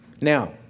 now